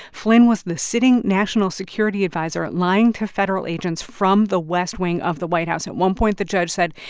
flynn was the sitting national security adviser, lying to federal agents from the west wing of the white house. at one point, the judge said,